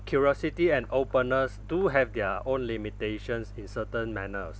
curiosity and openness do have their own limitations in certain manners